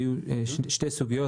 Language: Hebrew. עלו שתי סוגיות.